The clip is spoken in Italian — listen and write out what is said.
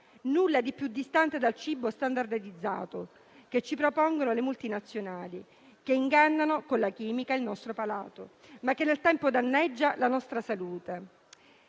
nulla di più distante dal cibo standardizzato che ci propongono le multinazionali, che inganna con la chimica il nostro palato e, nel tempo, danneggia la nostra salute.